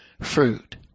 fruit